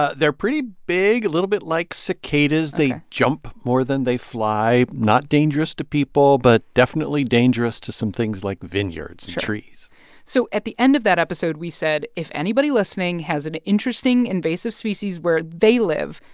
ah they're pretty big, a little bit like cicadas ok they jump more than they fly not dangerous to people, but definitely dangerous to some things like vineyards. sure. and trees so at the end of that episode, we said, if anybody listening has an interesting invasive species where they live,